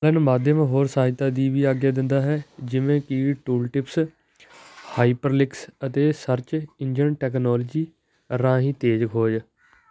ਮਾਧਿਅਮ ਹੋਰ ਸਹਾਇਤਾ ਦੀ ਵੀ ਆਗਿਆ ਦਿੰਦਾ ਹੈ ਜਿਵੇਂ ਕਿ ਟੂਲਟਿਪਸ ਹਾਈਪਰਲਿੰਕਸ ਅਤੇ ਸਰਚ ਇੰਜਣ ਟੈਕਨੋਲੋਜੀ ਰਾਹੀਂ ਤੇਜ਼ ਖੋਜ